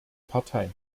partei